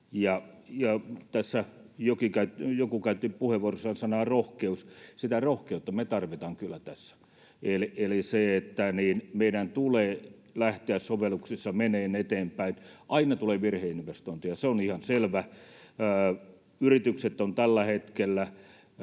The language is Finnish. Tässä joku käytti puheenvuorossaan sanaa ”rohkeus”. Sitä rohkeutta me tarvitaan kyllä tässä. Eli meidän tulee lähteä menemään eteenpäin sovelluksissa. Aina tulee virheinvestointeja, se on ihan selvä. Yritykset ovat tällä hetkellä